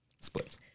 Splits